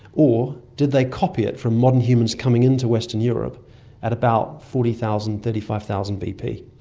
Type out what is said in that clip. or did they copy it from modern humans coming into western europe at about forty thousand, thirty five thousand bp.